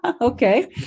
Okay